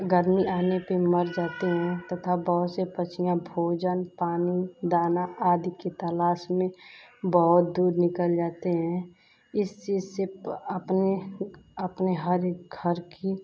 गर्मी आने पर मर जाते हैं तथा बहुत से पक्षी भोजन पानी दाना आदि के तलाश में बहुत दूर निकल जाते हैं इस चीज़ से अपने अपने हर घर की